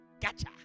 gotcha